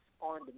on